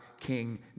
King